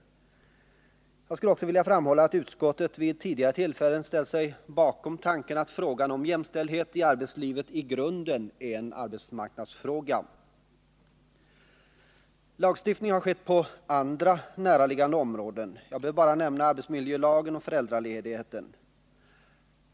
Jag skulle också vilja framhålla att utskottet vid tidigare tillfällen ställt sig bakom tanken att frågan om jämställdhet i arbetslivet i grunden är en arbetsmarknadsfråga. Lagstiftning har skett på andra, näraliggande områden. Jag behöver bara nämna arbetsmiljölagen och föräldraledighetslagen.